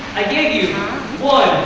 i gave you one,